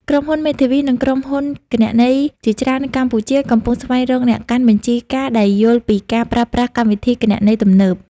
ក្រុមហ៊ុនមេធាវី និងក្រុមហ៊ុនគណនេយ្យជាច្រើននៅកម្ពុជា កំពុងស្វែងរកអ្នកកាន់បញ្ជីការដែលយល់ពីការប្រើប្រាស់កម្មវិធីគណនេយ្យទំនើប។